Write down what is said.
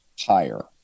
higher